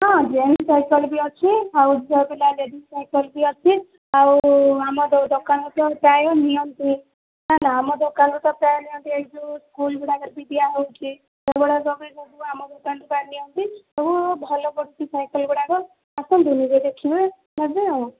ହଁ gents cycle ବି ଅଛି ଆଉ ଝିଅ ପିଲା ଲେଡ଼ିଜ୍ ସାଇକେଲ୍ ବି ଅଛି ଆଉ ଆମର ଦୋକାନରୁ ତ ପ୍ରାୟ ନିଅନ୍ତି ହେଲା ଆମ ଦୋକାନରୁ ତ ପ୍ରାୟ ନିଅନ୍ତି ଏଇ ଯେଉଁ ସ୍କୁଲ୍ ଗୁଡ଼ାକରେ ଦିଆ ହେଉଛି ସେଇ ଗୁଡ଼ାକ ବି ଆମ ଦୋକାନରୁ ନିଅନ୍ତି ସବୁ ଭଲ ପଡ଼ୁଛି ସାଇକେଲ୍ ଗୁଡ଼ାକ ଆସନ୍ତୁ ନିଜେ ଦେଖିବେ ନେବେ ଆଉ